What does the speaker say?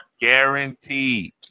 guaranteed